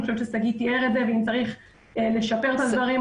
אני חושבת ששגיא תיאר את זה ואם צריך לשפר את הדברים,